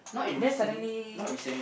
then suddenly